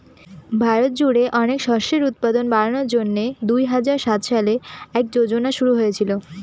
ভারত জুড়ে অনেক শস্যের উৎপাদন বাড়ানোর জন্যে দুই হাজার সাত সালে এই যোজনা শুরু হয়েছিল